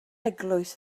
eglwys